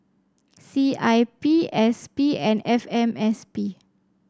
C I P S P and F M S P